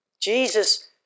Jesus